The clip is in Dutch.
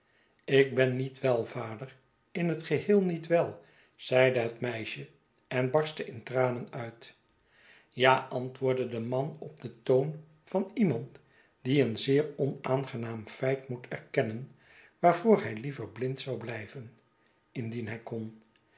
ik ben niet wel vader in het geheel niet wel zeide het meisje en barstte intranenuit ja antwoordde de man op den toon van iemand die een zeer onaangenaam feit moet erkennen waarvoor hij liever blind zou blijven indien hij kon